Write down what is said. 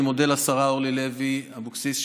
אני מודה לשרה אורלי לוי אבקסיס,